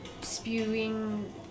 spewing